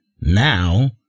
now